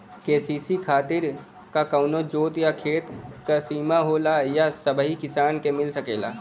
KCC खातिर का कवनो जोत या खेत क सिमा होला या सबही किसान के मिल सकेला?